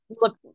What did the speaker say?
Look